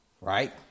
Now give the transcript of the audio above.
right